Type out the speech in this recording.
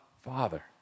Father